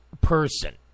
person